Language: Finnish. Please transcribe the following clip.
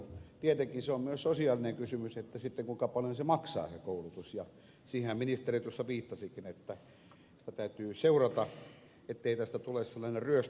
tietenkin se on myös sosiaalinen kysymys kuinka paljon sitten maksaa se koulutus ja siihenhän ministeri tuossa viittasikin että sitä täytyy seurata ettei tästä tule sellainen ryöstöautomaatti